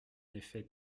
effet